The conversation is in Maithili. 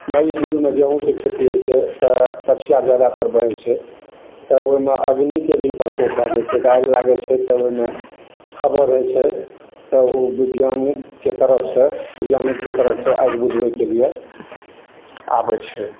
मइ जूनमे गेहूॅंम के खेती होइ छै तऽ पछिया जादातर बहै छै तऽ ओहिमे अग्निके भी प्रबेश भए जाइ छै तऽ आगि लागै छै तब ओहिमे खबर होइ छै तब ओ बिज्ञानिकके तरफ सऽ बिज्ञानिकके तरफ सऽ आगि मिझबैके लिये आबै छै